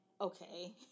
okay